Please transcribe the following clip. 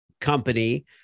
company